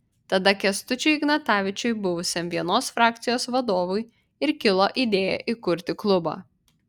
tada kęstučiui ignatavičiui buvusiam vienos frakcijos vadovui ir kilo idėja įkurti klubą